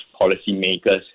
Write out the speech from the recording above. policymakers